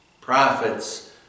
prophets